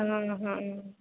हॅं हॅं